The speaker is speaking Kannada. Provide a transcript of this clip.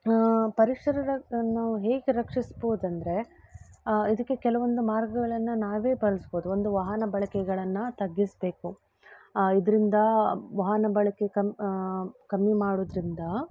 ಪರೀಶರರ ನಾವು ಹೇಗೆ ರಕ್ಷಿಸ್ಬೋದಂದರೆ ಇದಕ್ಕೆ ಕೆಲವೊಂದು ಮಾರ್ಗಗಳನ್ನು ನಾವೇ ಪಾಲಿಸ್ಬೋದು ಒಂದು ವಾಹನ ಬಳಕೆಗಳನು ತಗ್ಗಿಸಬೇಕು ಇದರಿಂದ ವಾಹನ ಬಳಕೆ ಕಮ್ ಕಮ್ಮಿ ಮಾಡುದರಿಂದ